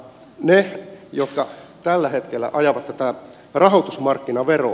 ne jotka tällä hetkellä ajavat tätä rahoitusmarkkinaveroa